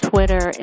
Twitter